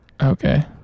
Okay